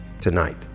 tonight